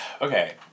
okay